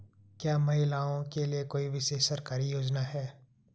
क्या महिलाओं के लिए कोई विशेष सरकारी योजना है?